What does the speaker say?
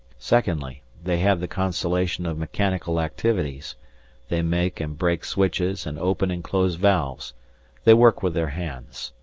secondly, they have the consolation of mechanical activities they make and break switches and open and close valves they work with their hands.